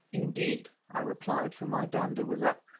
indeed, i replied, for my dander was up.